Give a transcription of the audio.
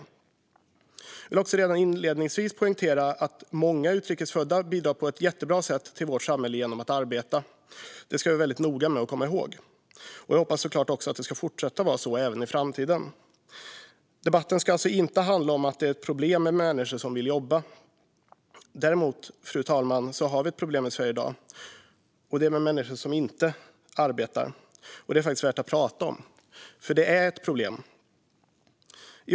Jag vill också redan inledningsvis poängtera att många utrikes födda bidrar på ett jättebra sätt till vårt samhälle genom att arbeta. Det ska vi vara noga med att komma ihåg. Jag hoppas såklart att det ska fortsätta vara så även i framtiden. Debatten ska inte handla om att det är ett problem med människor som vill jobba. Fru talman! Däremot har vi ett problem i Sverige i dag med människor som inte arbetar. Detta är värt att prata om, för det är ett problem.